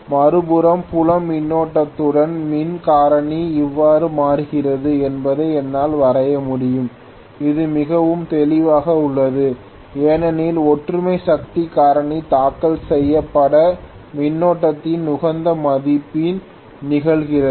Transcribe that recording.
மறுபுறம் புலம் மின்னோட்டத்துடன் மின் காரணி எவ்வாறு மாறுகிறது என்பதை என்னால் வரைய முடியும் இது மிகவும் தெளிவாக உள்ளது ஏனெனில் ஒற்றுமை சக்தி காரணி தாக்கல் செய்யப்பட்ட மின்னோட்டத்தின் உகந்த மதிப்பில் நிகழ்கிறது